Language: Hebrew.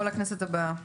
או לכנסת הבאה.